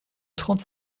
trente